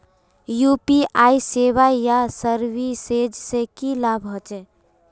UPI सेवाएँ या services से की लाभ होचे?